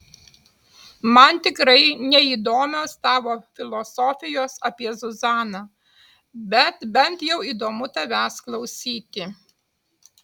man tikrai neįdomios tavo filosofijos apie zuzaną bet bent jau įdomu tavęs klausyti